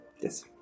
Yes